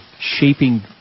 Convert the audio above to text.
shaping